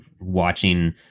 watching